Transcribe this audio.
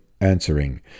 answering